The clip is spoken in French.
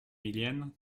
millienne